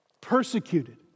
persecuted